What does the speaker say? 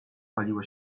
paliło